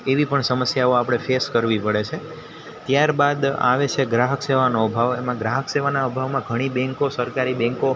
એવી પણ સમસ્યાઓ આપણે ફેસ કરવી પડે છે ત્યારબાદ આવે છે ગ્રાહક સેવાનો અભાવ એમાં ગ્રાહક સેવાના અભાવમાં ઘણી બેન્કો સરકારી બેન્કો